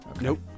Nope